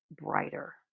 brighter